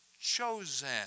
chosen